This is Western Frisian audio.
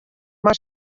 mar